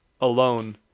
alone